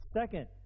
Second